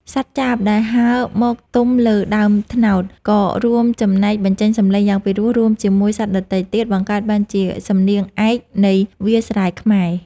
សត្វចាបដែលហើរមកទំលើដើមត្នោត ក៏រួមចំណែកបញ្ចេញសំឡេងយ៉ាងពីរោះ រួមជាមួយសត្វដទៃទៀត បង្កើតបានជាសំនៀងឯកនៃវាលស្រែខ្មែរ។